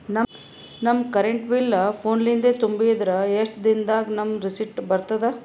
ನಮ್ current bill ಫೋನ ಲಿಂದೇ ತುಂಬಿದ್ರ, ಎಷ್ಟ ದಿ ನಮ್ ದಾಗ ರಿಸಿಟ ಬರತದ?